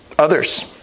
Others